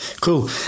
cool